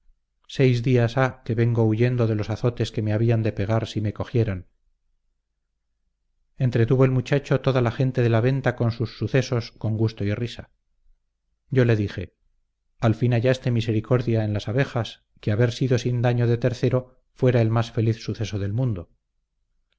seis días ha que vengo huyendo de los azotes que me habían de pegar si me cogieran entretuvo el muchacho toda la gente de la venta con sus sucesos con gusto y risa yo le dije al fin hallaste misericordia en las abejas que haber sido sin daño de tercero fuera el más feliz suceso del mundo